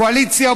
קואליציה,